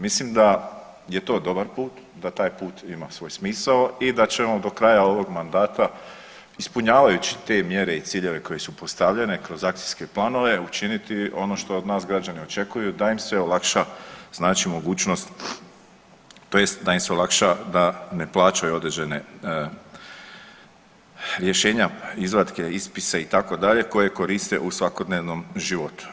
Mislim da je to dobar put, da taj put ima svoj smisao i da će on do kraja ovog mandata ispunjavajući te mjere i ciljeve koje su postavljene kroz akcijske planove učiniti ono što od nas građani očekuju da im se olakša mogućnost tj. da im se olakša da ne plaćaju određena rješenja, izvatke, ispise itd. koje koriste u svakodnevnom životu.